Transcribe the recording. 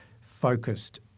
focused